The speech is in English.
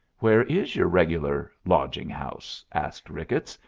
where is your regular lodging house? asked ricketts,